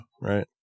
Right